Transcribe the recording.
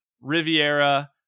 Riviera